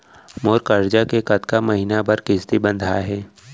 मोर करजा के कतका महीना बर किस्ती बंधाये हे?